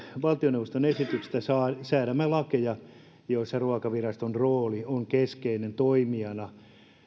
valtioneuvoston esityksestä säädämme lakeja joissa ruokaviraston rooli on keskeinen toimijana